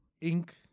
Ink